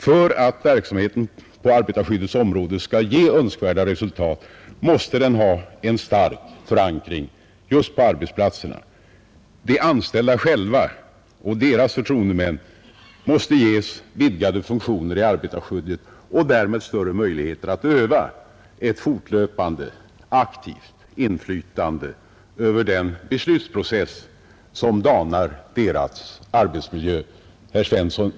För att verksamheten på arbetarskyddets område skall ge önskvärda resultat måste den ha en stark förankring just på arbetsplatserna. De anställda själva och deras förtroendemän måste ges vidgade funktioner i arbetarskyddet och därmed större möjligheter att öva ett fortlöpande aktivt inflytande över den beslutsprocess som danar deras arbetsmiljö. Herr Svensson!